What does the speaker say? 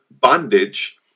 bondage